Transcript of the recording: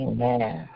Amen